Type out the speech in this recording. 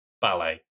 Ballet